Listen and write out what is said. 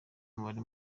umubare